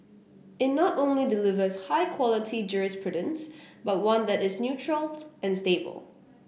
it not only delivers high quality jurisprudence but one that is neutral and stable